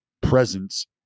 presence